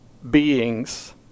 beings